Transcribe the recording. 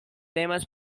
temas